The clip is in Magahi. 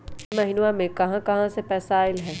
इह महिनमा मे कहा कहा से पैसा आईल ह?